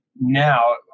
Now